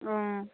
অঁ